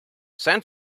san